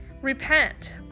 Repent